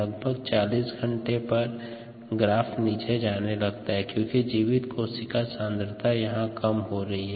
लगभग 40 घंटे पर ग्राफ नीचे जाने लगता है क्योंकि जीवित कोशिका सांद्रता यहां कम हो रही है